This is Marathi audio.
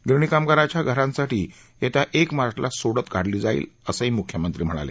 गिरणी कामगारांच्या घरासाठी येत्या एक मार्चला सोडत काढली जाईल असं मुख्यमंत्री म्हणाले